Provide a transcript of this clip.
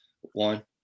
one